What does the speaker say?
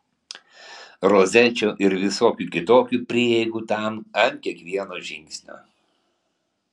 rozečių ir visokių kitokių prieigų tam ant kiekvieno žingsnio